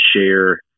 share